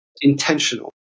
intentional